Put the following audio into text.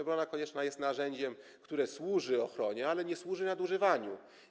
Obrona konieczna jest narzędziem, które służy ochronie, ale nie służy nadużywaniu.